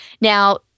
Now